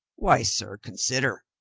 why, sir, consider.